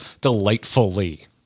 delightfully